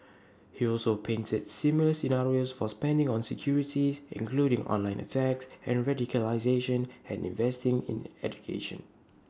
he also painted similar scenarios for spending on security including online attacks and radicalisation and investing in education